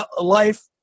life